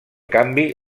canvi